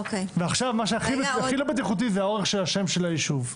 ועכשיו מה שהכי לא בטיחותי זה האורך של השם של היישוב.